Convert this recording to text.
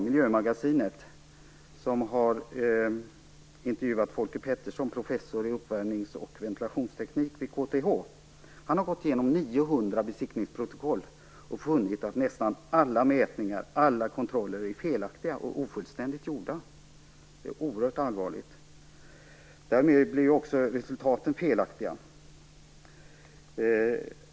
Man har intervjuat Folke Peterson, professor i uppvärmnings och ventilationsteknik vid KTH. Han har gått igenom 900 besiktningsprotokoll och funnit att nästan alla mätningar och kontroller är felaktiga och ofullständigt gjorda. Det är oerhört allvarligt. Därmed blir också resultaten felaktiga.